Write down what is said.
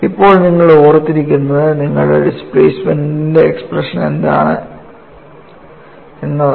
ഇപ്പോൾ നിങ്ങൾ ഓർത്തിരിക്കേണ്ടത് നിങ്ങളുടെ ഡിസ്പ്ലേസ്മെൻറ് ന്റെ എക്സ്പ്രഷൻ എന്താണ് എന്നതാണ്